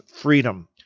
freedom